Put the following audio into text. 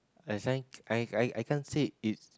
must I I can't say is